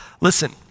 Listen